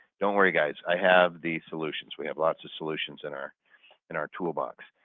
don't worry guys, i have the solutions. we have lots of solutions in our in our toolbox.